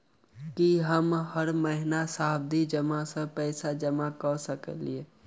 की हम हर महीना सावधि जमा सँ पैसा जमा करऽ सकलिये?